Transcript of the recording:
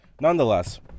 Nonetheless